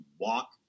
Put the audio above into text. walk